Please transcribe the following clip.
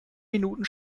minuten